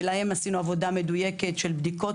ולהם עשינו עבודה מדויקת של בדיקות